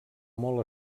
molt